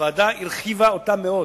שהוועדה הרחיבה אותה מאוד.